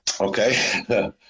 Okay